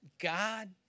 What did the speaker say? God